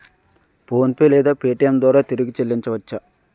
PhonePe లేదా Paytm ద్వారా తిరిగి చల్లించవచ్చ?